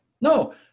No